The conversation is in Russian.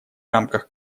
рамках